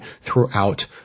throughout